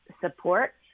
support